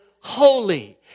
Holy